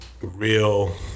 real